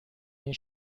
این